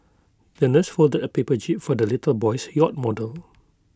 the nurse folded A paper jib for the little boy's yacht model